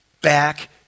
back